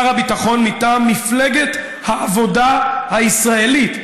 שר הביטחון מטעם מפלגת העבודה הישראלית,